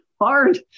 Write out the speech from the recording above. hard